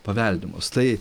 paveldimos tai